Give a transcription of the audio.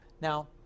Now